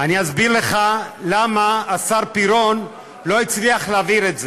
אני אסביר לך למה השר פירון לא הצליח להעביר את זה: